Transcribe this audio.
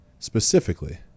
specifically